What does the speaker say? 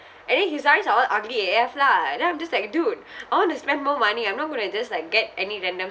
and then his sarees are all ugly A_F lah and then I'm just like dude I want to spend more money I'm not going to just like get any random